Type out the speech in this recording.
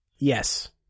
Yes